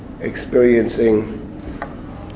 experiencing